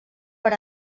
per